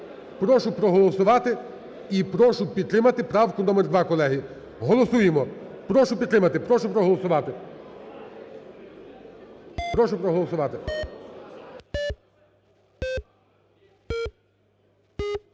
прошу проголосувати і прошу підтримати правку номер 2, колеги. Голосуємо, прошу підтримати, прошу проголосувати, прошу проголовувати.